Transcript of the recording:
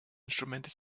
instrumente